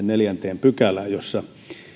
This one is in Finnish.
neljänteen pykälään ajokorttiluokat jossa